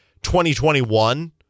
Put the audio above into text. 2021